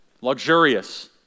luxurious